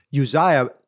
Uzziah